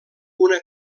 una